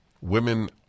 Women